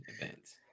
events